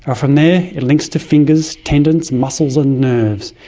ah from there it links to fingers, tendons, muscles, and nerves.